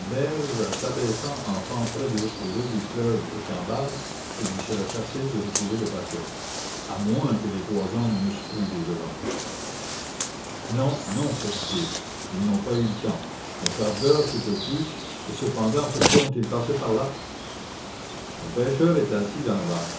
berge s'abaissant en pente très douce et l'eau du fleuve étant basse il lui serait facile de retrouver le paquet à moins que les trois hommes n'eussent pris les devants non non se dit-il ils n'ont pas eu le temps un quart d'heure tout au plus et cependant pourquoi ont-ils passé par là un pêcheur était assis dans la barque